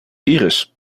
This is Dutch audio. iris